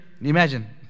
Imagine